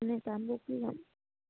এনেই কামবোৰ কি কাম